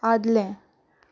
आदलें